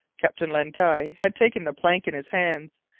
captain len guy had taken the plank in his hands,